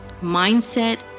mindset